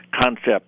concept